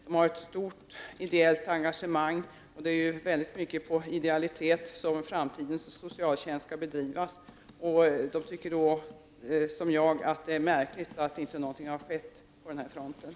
Medlemmarnas stora engagemang är ideellt, och framtidens socialtjänst skall ju i framtiden baseras mycket på idealitet. Därför är det märkligt att inte något har skett på den här fronten.